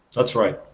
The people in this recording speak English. that's right